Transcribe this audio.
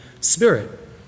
Spirit